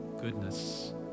goodness